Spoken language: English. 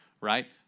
right